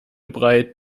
breit